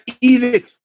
easy